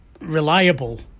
reliable